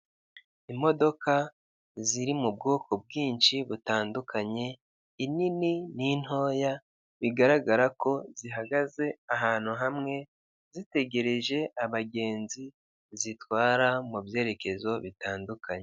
Umugore wirabura wambaye amadarajya ufite umusatsi w'umukara wambaye imyenda y'umweru n'umukara ufite umukufe w'umweru mu ijosi wicaye.